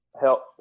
help